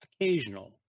occasional